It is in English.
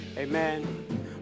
Amen